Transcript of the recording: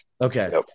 Okay